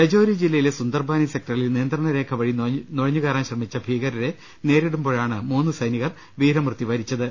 രജൌരി ജില്ലയിലെ സുന്ദർബാനി സെക്ടറിൽ നിയന്ത്രണ രേഖ വഴി നുഴഞ്ഞുകയറാൻ ശ്രമിച്ച ഭീകരരെ നേരിടുമ്പോഴാണ് മൂന്ന് സൈനി കർ വീരമൃത്യൂ വരിച്ചത്